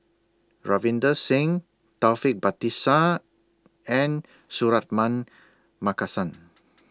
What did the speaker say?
Ravinder Singh Taufik Batisah and Suratman Markasan